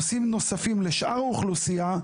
נושאים נוספים לשאר האוכלוסייה,